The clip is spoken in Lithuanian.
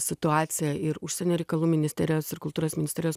situacija ir užsienio reikalų ministerijos ir kultūros ministerijos